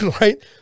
right